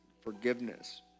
forgiveness